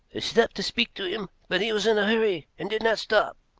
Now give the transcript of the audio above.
i stopped to speak to him, but he was in a hurry, and did not stop,